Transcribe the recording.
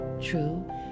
True